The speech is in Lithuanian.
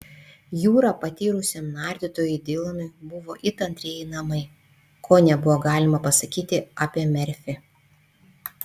jūra patyrusiam nardytojui dilanui buvo it antrieji namai ko nebuvo galima pasakyti apie merfį